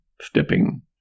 stepping